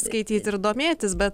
skaityt ir domėtis bet